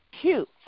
cute